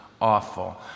awful